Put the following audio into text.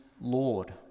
Lord